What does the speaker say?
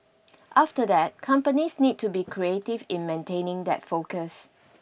after that companies need to be creative in maintaining that focus